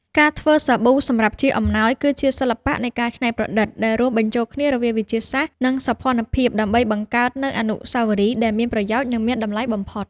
ការធ្វើសាប៊ូសម្រាប់ជាអំណោយ គឺជាសិល្បៈនៃការច្នៃប្រឌិតដែលរួមបញ្ចូលគ្នារវាងវិទ្យាសាស្ត្រ និងសោភ័ណភាព ដើម្បីបង្កើតនូវវត្ថុអនុស្សាវរីយ៍ដែលមានប្រយោជន៍ និងមានតម្លៃបំផុត។